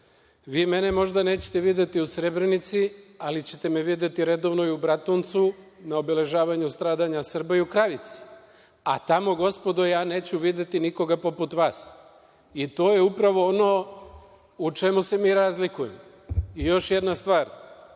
mene možda nećete videti u Srebrenici, ali ćete me videti redovno i u Bratuncu, na obeležavanju stradanja Srba, i u Kravici, a tamo, gospodo, ja neću videti nikoga poput vas. I to je upravo ono u čemu se mi razlikujemo. Još jedna stvar.